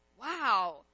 wow